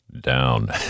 down